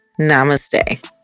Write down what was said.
namaste